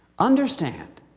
understand